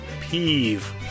peeve